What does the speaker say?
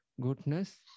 goodness